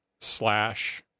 slash